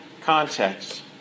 context